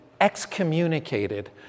excommunicated